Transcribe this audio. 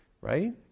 right